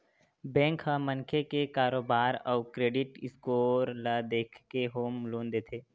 bank ह मनखे के कारोबार अउ क्रेडिट स्कोर ल देखके होम लोन देथे